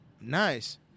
nice